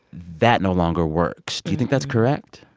that no longer works. do you think that's correct?